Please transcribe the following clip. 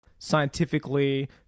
Scientifically